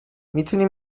میتونی